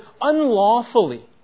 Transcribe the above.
unlawfully